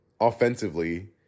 offensively